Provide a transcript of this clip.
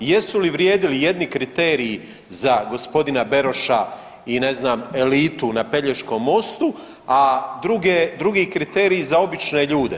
Jesu li vrijedili jedni kriteriji za gospodina Beroša i ne znam elitu na Pelješkom mostu, a drugi kriteriji za obične ljude.